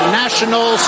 national